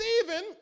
Stephen